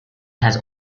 has